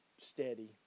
steady